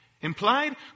Implied